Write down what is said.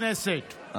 לא,